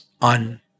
on